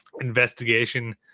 investigation